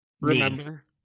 Remember